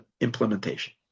implementation